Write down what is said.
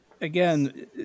again